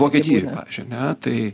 vokietijos pavyzdžiui a ne tai